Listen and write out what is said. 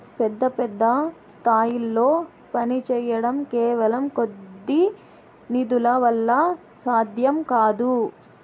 పెద్ద పెద్ద స్థాయిల్లో పనిచేయడం కేవలం కొద్ది నిధుల వల్ల సాధ్యం కాదు